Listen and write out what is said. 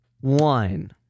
one